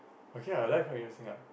okay ah your life quite interesting ah